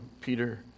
Peter